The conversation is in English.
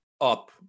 up